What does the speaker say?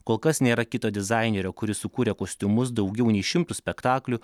kol kas nėra kito dizainerio kuris sukūrė kostiumus daugiau nei šimtui spektaklių